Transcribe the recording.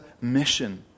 mission